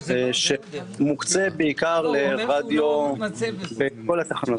מוקצה בעיקר לרדיו בכל התחנות.